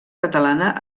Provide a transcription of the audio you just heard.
catalana